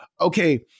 okay